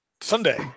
Sunday